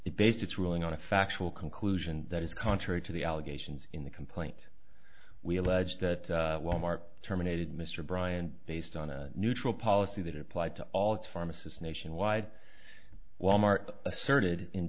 the basis ruling on a factual conclusion that is contrary to the allegations in the complaint we allege that wal mart terminated mr bryant based on a neutral policy that applied to all its pharmacists nationwide wal mart asserted in